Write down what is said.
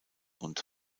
und